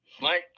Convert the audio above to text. mike